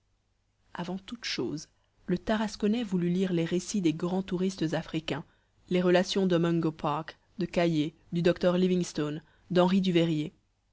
avant toutes choses le tarasconnais voulut lire les récits des grands touristes africains les relations de mungo park de caillé du docteur livingstone d'henri duveyrier